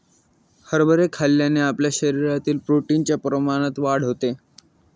हरभरे खाल्ल्याने आपल्या शरीरातील प्रोटीन च्या प्रमाणात वाढ होते